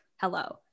hello